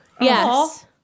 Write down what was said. Yes